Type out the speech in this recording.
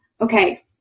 Okay